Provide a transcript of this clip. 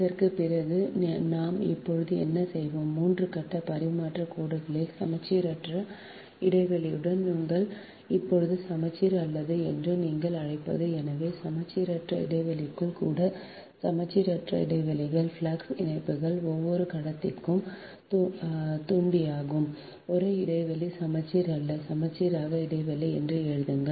இதற்குப் பிறகு நாம் இப்போது என்ன செய்வோம் 3 கட்ட பரிமாற்றக் கோடுகளின் சமச்சீரற்ற இடைவெளியுடன் உங்கள் இப்போது சமச்சீர் அல்ல என்று நீங்கள் அழைப்பது எனவே சமச்சீரற்ற இடைவெளிகளுடன் கூட சமச்சீரற்ற இடைவெளிகள் ஃப்ளக்ஸ் இணைப்புகள் ஒவ்வொரு கட்டத்தின் தூண்டியாகும் ஒரே இடைவெளி சமச்சீர் அல்ல சமச்சீரற்ற இடைவெளி என்று எழுதுங்கள்